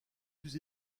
plus